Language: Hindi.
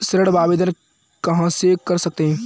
ऋण आवेदन कहां से कर सकते हैं?